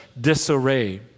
disarray